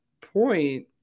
point